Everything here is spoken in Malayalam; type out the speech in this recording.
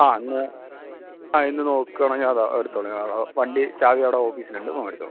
ആ ഇന്ന് ആ ഇന്ന് നോക്കുകയാണെങ്കിൽ അതാ എടുത്തോളൂ വണ്ടി ചാവി അവിടെ ഓഫീസിലുണ്ട് മേടിച്ചോ